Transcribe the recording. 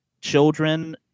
children